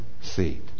seat